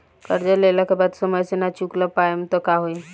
कर्जा लेला के बाद समय से ना चुका पाएम त का होई?